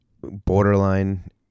borderline